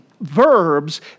verbs